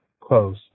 close